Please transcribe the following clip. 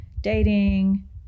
dating